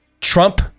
Trump